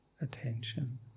attention